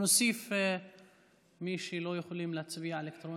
נוסיף את מי שלא יכולים להצביע אלקטרונית.